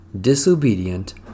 disobedient